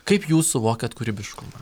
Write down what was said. kaip jūs suvokiat kūrybiškumą